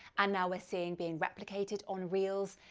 and now we're seeing being replicated on reels,